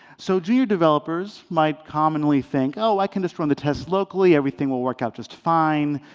so junior developers might commonly think, oh, i can just run the tests locally. everything will work out just fine.